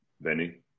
Benny